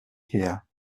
her